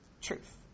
truth